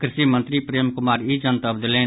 कृषि मंत्री प्रेम कुमार ई जनतब देलनि